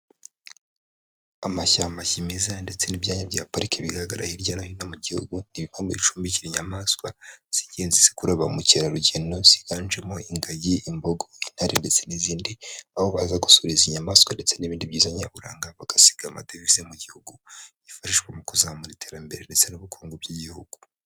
Amashyamba kimeza ndetse n'ibyanya bya pariki bigaragara hirya no hino mu gihugu, ni ibikombe bicumbikira inyamaswa z'ingenzi zikurura ba mukerarugendo, ziganjemo: ingagi, imbogo, intare, ndetse n'izindi; aho baza gusura izo nyamaswa ndetse n'ibindi byiza nyaburanga bagasiga amadevizi mu gihugu, yifashwishwa mu kuzamura iterambere ndetse n'ubukungu by'igihugu.